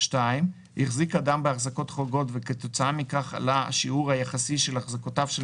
החזיק אדם בהחזקות חורגות וכתוצאה מכך עלה השיעור היחסי של החזקותיו של